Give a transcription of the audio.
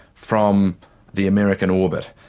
from the american orbit,